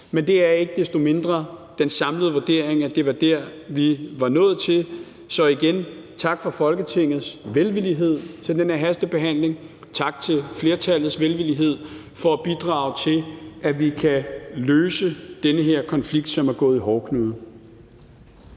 men det er ikke desto mindre den samlede vurdering, at det var der, vi var nået til. Så igen tak for Folketingets velvillighed til den her hastebehandling. Tak til flertallets velvillighed for at bidrage til, at vi kan løse den her konflikt, som er gået i hårdknude.